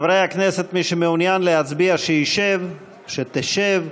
חברי הכנסת, מי שמעוניין להצביע שישב, שתשב.